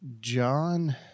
John